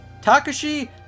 Takashi